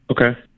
okay